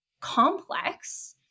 complex